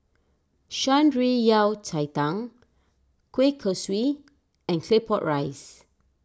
Shan Rui Yao Cai Tang Kueh Kosui and Claypot Rice